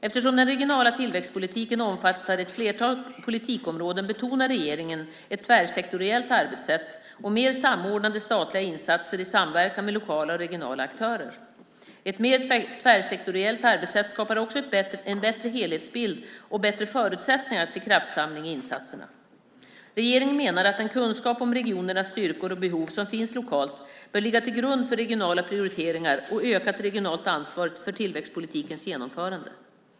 Eftersom den regionala tillväxtpolitiken omfattar ett flertal politikområden betonar regeringen ett tvärsektoriellt arbetssätt och mer samordnade statliga insatser i samverkan med lokala och regionala aktörer. Ett mer tvärsektoriellt arbetssätt skapar också en bättre helhetsbild och bättre förutsättningar till kraftsamling i insatserna. Regeringen menar att den kunskap om regionernas styrkor och behov som finns lokalt bör ligga till grund för regionala prioriteringar och ökat regionalt ansvar för tillväxtpolitikens genomförande.